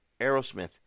Aerosmith